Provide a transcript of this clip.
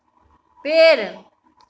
पेड़